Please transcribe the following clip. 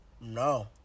No